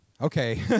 Okay